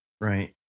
Right